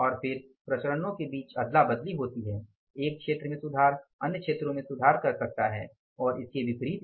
और फिर विचरणों के बीच अदला बदली होती है एक क्षेत्र में सुधार अन्य क्षेत्रों में सुधार कर सकता है और इसके विपरीत